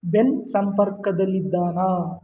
ಬೆನ್ ಸಂಪರ್ಕದಲ್ಲಿದ್ದಾನಾ